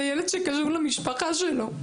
זה ילד שקרוב למשפחה שלו,